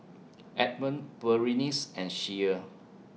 Edmund Berenice and Shea